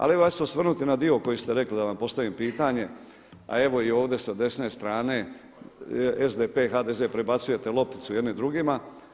Ali evo ja ću se osvrnuti na dio koji ste rekli da vam postavim pitanje, a evo i ovdje sa desne strane SDP, HDZ prebacujete lopticu jedni drugima.